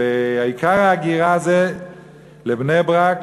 ועיקר ההגירה זה לבני-ברק,